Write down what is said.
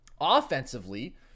offensively